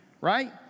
Right